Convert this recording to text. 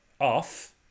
off